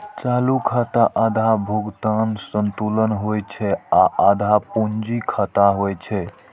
चालू खाता आधा भुगतान संतुलन होइ छै आ आधा पूंजी खाता होइ छै